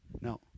No